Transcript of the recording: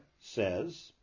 says